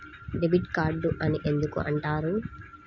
Debit card అని ఎందుకు అంటారు?